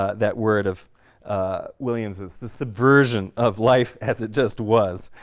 ah that word of williams's, the subversion of life as it just was,